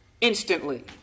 Instantly